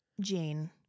Jane